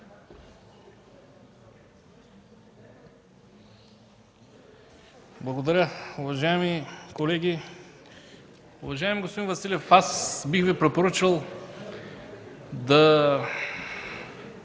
Благодаря. Уважаеми колеги! Уважаеми господин Василев, бих Ви препоръчал да